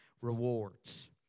rewards